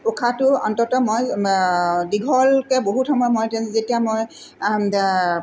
উশাহটো অন্তত মই দীঘলকৈ বহু সময় মই যেতিয়া মই